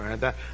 right